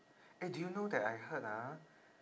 eh do you know that I heard ah